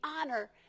honor